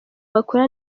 bakora